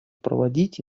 проводить